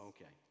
Okay